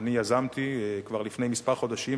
שאני יזמתי כבר לפני כמה חודשים,